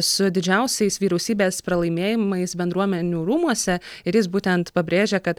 su didžiausiais vyriausybės pralaimėjimais bendruomenių rūmuose ir jis būtent pabrėžė kad